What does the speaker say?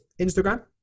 Instagram